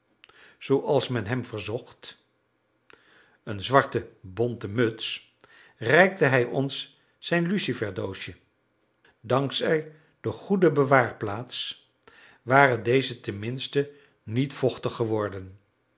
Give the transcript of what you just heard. zooals men hem verzocht een zwarte bonten muts reikte hij ons zijn lucifersdoosje dank zij de goede bewaarplaats waren deze tenminste niet vochtig geworden